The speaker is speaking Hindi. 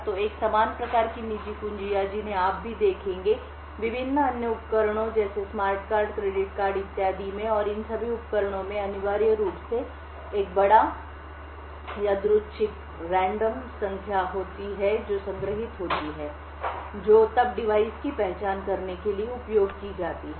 तो एक समान प्रकार की निजी कुंजियाँ जिन्हें आप भी देखेंगे विभिन्न अन्य उपकरणों जैसे स्मार्ट कार्ड क्रेडिट कार्ड इत्यादि में और इन सभी उपकरणों में अनिवार्य रूप से एक बड़ा यादृच्छिक संख्या होती है जो संग्रहीत होती है जो तब डिवाइस की पहचान करने के लिए उपयोग की जाती है